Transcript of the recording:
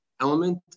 element